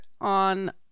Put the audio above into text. on